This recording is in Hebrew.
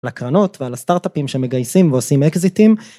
לקרנות ועל הסטארט-אפים שמגייסים ועושים אקזיטים.